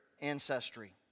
ancestry